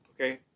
okay